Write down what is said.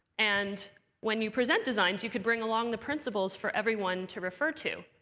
and when you present designs, you could bring along the principles for everyone to refer to.